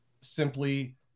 simply